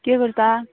किदें करता